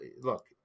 look